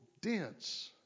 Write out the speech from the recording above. dense